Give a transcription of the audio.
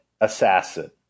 assassin